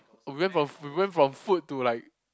we went from we went from food to like